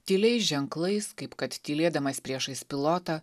tyliais ženklais kaip kad tylėdamas priešais pilotą